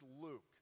Luke